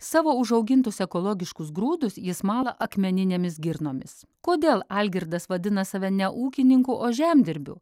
savo užaugintus ekologiškus grūdus jis mala akmeninėmis girnomis kodėl algirdas vadina save ne ūkininku o žemdirbiu